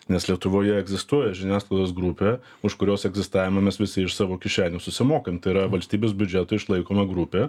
nes lietuvoje egzistuoja žiniasklaidos grupė už kurios egzistavimą mes visi iš savo kišenių susimokam tai yra valstybės biudžeto išlaikoma grupė